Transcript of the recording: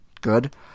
good